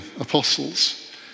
apostles